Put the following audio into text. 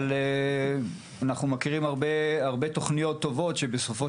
אבל אנחנו מכירים הרבה תוכניות טובות שבסופו